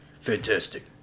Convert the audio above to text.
Fantastic